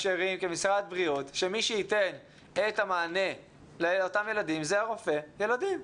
כמשרד בריאות שמי שייתן את המענה לאותם ילדים זה רופא הילדים,